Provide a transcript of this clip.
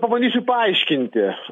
pabandysiu paaiškinti